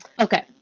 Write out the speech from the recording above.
Okay